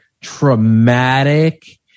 traumatic